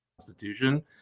constitution